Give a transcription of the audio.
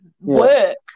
work